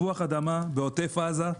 תפוח אדמה בעוטף עזה.